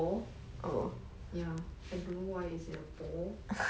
!huh! ya a ball